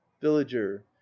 villager